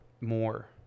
more